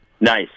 Nice